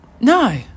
No